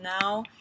now